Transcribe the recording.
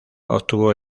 obtuvo